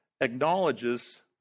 acknowledges